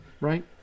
right